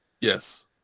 Yes